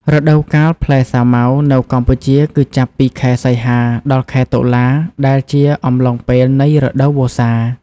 រដូវកាលផ្លែសាវម៉ាវនៅកម្ពុជា គឺចាប់ពី ខែសីហា ដល់ខែតុលា ដែលជាអំឡុងពេលនៃ រដូវវស្សា។